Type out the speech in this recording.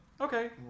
okay